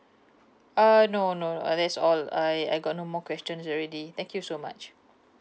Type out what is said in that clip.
uh no no uh that's all I I got no more questions already thank you so much